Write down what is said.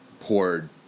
poured